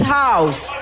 house